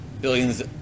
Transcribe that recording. billions